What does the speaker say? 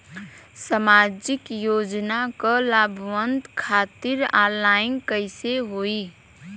सामाजिक योजना क लाभान्वित खातिर ऑनलाइन कईसे होई?